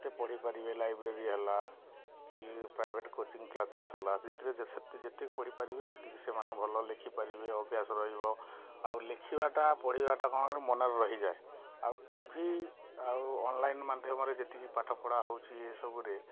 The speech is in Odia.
ଯେତେ ପଢ଼ି ପାରିବେ ଲାଇବ୍ରେରୀ ହେଲା କି ପ୍ରାଇଭେଟ୍ କୋଚିଂ କ୍ଲାସେସ ହେଲା ସେଇଥିରେ ସେ ଯେତେ ଯେତିକି ପଢ଼ି ପାରିବେ ସେତିକି ସେମାନେ ଭଲ ଲେଖି ପାରିବେ ଅଭ୍ୟାସ ରହିବ ଆଉ ଲେଖିବା ଟା ପଢ଼ିବା ଟା କ'ଣ ମନରେ ରହିଯାଏ ଆଉ ଟି ଭି ଆଉ ଅନଲାଇନ ମାଧ୍ୟମରେ ଯେତିକି ପାଠ ପଢ଼ା ହେଉଛି ଏସବୁ ରେ